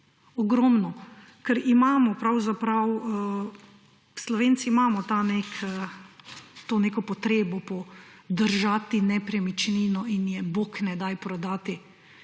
Ogromno! Ker imamo, pravzaprav Slovenci imamo to neko potrebo po držati nepremičnino in je bog ne daj prodati.